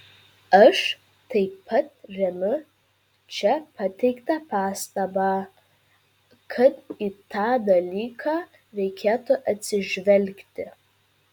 aš taip pat remiu čia pateiktą pastabą kad į tą dalyką reikėtų atsižvelgti